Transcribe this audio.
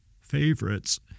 Favorites